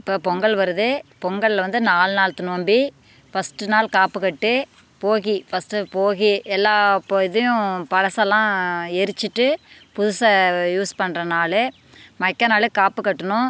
இப்ப பொங்கல் வருது பொங்கல் வந்து நாலு நாளுத்து நோம்பி ஃபஸ்ட்டு நாள் காப்புக்கட்டு போகி ஃபஸ்ட்டு போகி எல்லா இப்போ இதையும் பழசெல்லாம் எரிச்சுட்டு புதுசை யூஸ் பண்ணுற நாள் மைக்காநாளு காப்புக்கட்டுணும்